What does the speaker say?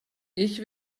ich